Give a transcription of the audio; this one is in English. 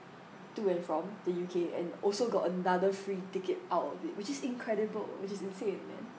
to and from the U_K and also got another free ticket out of it which is incredible which is insane man